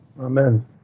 Amen